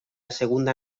segunda